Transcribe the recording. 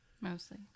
Mostly